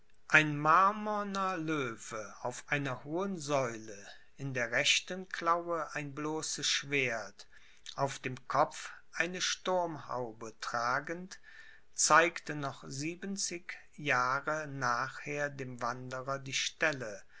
ein marmorner löwe auf einer hohen säule in der rechten klaue ein bloßes schwert auf dem kopf eine sturmhaube tragend zeigte noch siebenzig jahre nachher dem wanderer die stelle